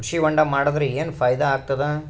ಕೃಷಿ ಹೊಂಡಾ ಮಾಡದರ ಏನ್ ಫಾಯಿದಾ ಆಗತದ?